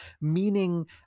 meaning